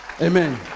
Amen